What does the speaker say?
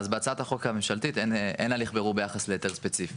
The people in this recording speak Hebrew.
אז בהצעת החוק הממשלתית אין הליך בירור ביחס להיתר ספציפי.